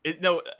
No